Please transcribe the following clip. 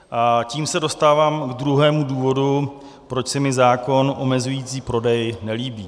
A tím se dostávám k druhému důvodu, proč se mi zákon omezující prodej nelíbí.